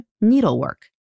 needlework